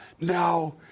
Now